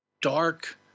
dark